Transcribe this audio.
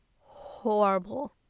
horrible